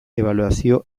ebaluazio